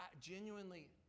Genuinely